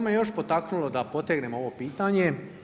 Što me još potaknulo da potegnem ovo pitanje?